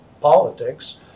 politics